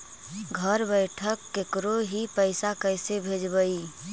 घर बैठल केकरो ही पैसा कैसे भेजबइ?